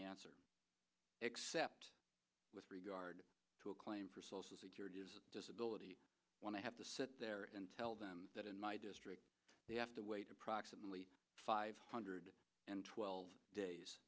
answer except with regard to a claim for social security disability i want to have to sit there and tell them that in my district they have to wait approximately five hundred and twelve days